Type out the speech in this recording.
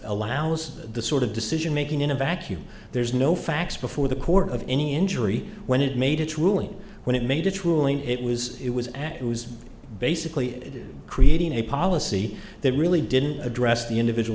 allows the sort of decision making in a vacuum there's no facts before the court of any injury when it made its ruling when it made its ruling it was it was an act was basically creating a policy that really didn't address the individual